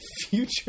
Future